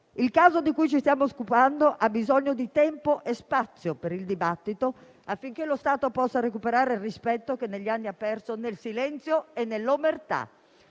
Il caso di cui ci stiamo occupando ha bisogno di tempo e spazio per il dibattito, affinché lo Stato possa recuperare il rispetto che negli anni ha perso nel silenzio e nell'omertà.